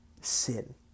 sin